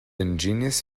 ingenious